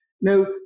Now